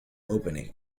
opening